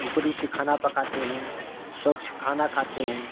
ऊपरी से खाना पकाते हैं स्वच्छ खाना खाते हैं